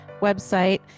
website